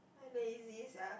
I lazy sia